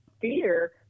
fear